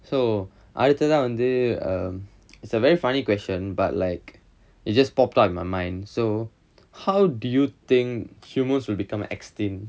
so அடுத்ததா வந்து:aduthathaa vanthu err it's a very funny question but like it just popped up in my mind so how do you think humans will become extinct